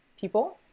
people